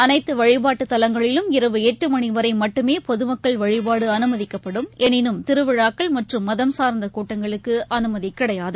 அனைத்தவழிபாட்டுதலங்களிலும் இரவு எட்டுமணிவரைமட்டுமேபொதுமக்கள் வழிபாடுஅனுமதிக்கப்படும் எளினும் திருவிழாக்கள் மற்றும் மதம் சார்ந்தகூட்டங்களுக்குஅனுமதிகிடையாது